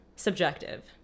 subjective